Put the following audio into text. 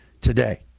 today